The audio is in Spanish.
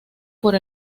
por